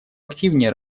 активнее